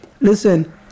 Listen